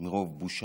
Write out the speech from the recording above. מרוב בושה,